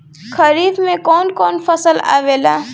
खरीफ में कौन कौन फसल आवेला?